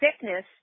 thickness